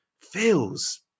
feels